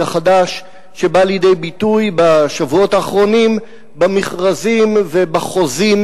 החדש שבא לידי ביטוי בשבועות האחרונים במכרזים ובחוזים